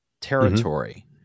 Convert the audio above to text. territory